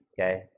Okay